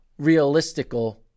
realistical